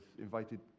invited